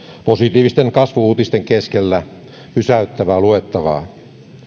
positiivisten kasvu uutisten keskellä pysäyttävää luettavaa